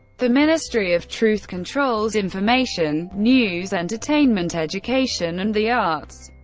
the ministry of truth controls information news, entertainment, education, and the arts.